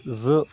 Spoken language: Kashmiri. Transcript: زٕ